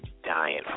dying